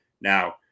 Now